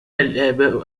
الآباء